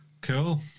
Cool